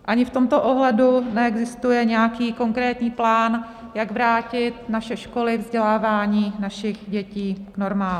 Ani v tomto ohledu neexistuje nějaký konkrétní plán, jak vrátit naše školy, vzdělávání našich dětí k normálu.